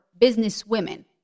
businesswomen